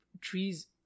Trees